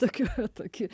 tokių toki